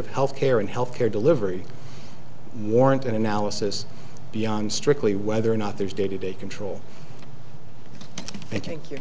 of health care and health care delivery warrant an analysis beyond strictly whether or not there is day to day control thank you